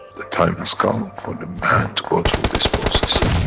the time has come for the man to go through this process.